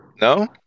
No